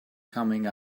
coming